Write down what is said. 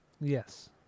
Yes